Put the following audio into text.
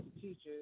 teachers